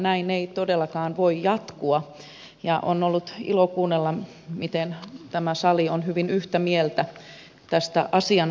näin ei todellakaan voi jatkua ja on ollut ilo kuunnella miten tämä sali on hyvin yhtä mieltä tästä asian vakavuudesta